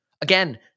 Again